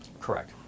correct